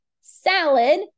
salad